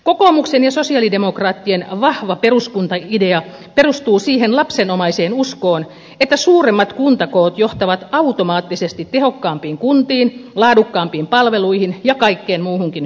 kokoomuksen ja sosialidemokraattien vahva peruskunta idea perustuu siihen lapsenomaiseen uskoon että suuremmat kuntakoot johtavat automaattisesti tehokkaampiin kuntiin laadukkaampiin palveluihin ja kaikkeen muuhunkin hyvään